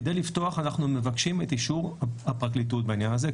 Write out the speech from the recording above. כדי לפתוח אנחנו מבקשים את אישור הפרקליטות בעניין הזה.